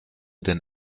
den